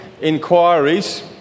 inquiries